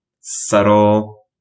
subtle